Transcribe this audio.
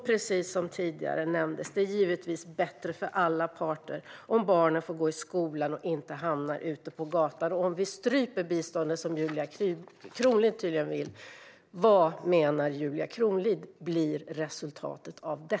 Precis som tidigare nämndes är det givetvis bättre för alla parter om barnen får gå i skolan och inte hamnar ute på gatan. Om vi stryper biståndet, som Julia Kronlid tydligen vill, vad menar Julia Kronlid blir resultatet?